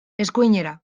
eskuinera